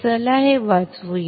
चला हे वाचवूया